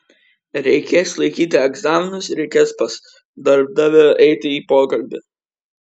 reikės laikyti egzaminus reikės pas darbdavį eiti į pokalbį